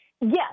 Yes